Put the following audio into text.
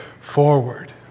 forward